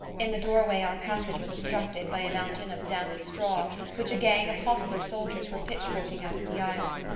in the doorway our passage was obstructed by a mountain of damp straw which a gang of hostler-soldiers were pitch-forking out of the aisles.